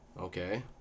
okay